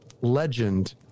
legend